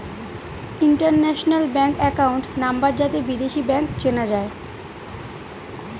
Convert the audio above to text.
international bank account number যাতে বিদেশী bank চেনা যায়